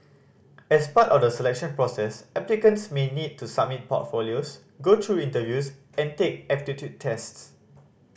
as part of the selection process applicants may need to submit portfolios go through interviews and take aptitude tests